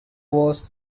was